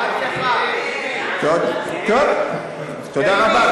טוב, תודה רבה.